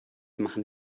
machen